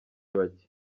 bake